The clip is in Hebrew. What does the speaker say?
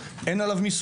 מיליון שקלים בשנה?